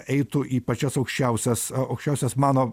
eitų į pačias aukščiausias aukščiausias mano